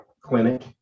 clinic